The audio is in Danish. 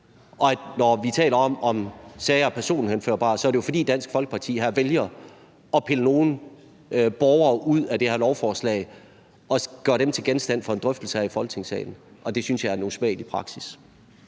at når vi taler om, om sager er personhenførbare, så er det jo, fordi Dansk Folkeparti her vælger at pille nogle borgere ud af det her lovforslag og gøre dem til genstand for en drøftelse her i Folketingssalen, og det synes jeg er en usmagelig praksis.